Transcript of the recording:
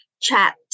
chat